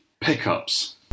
Pickups